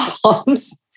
problems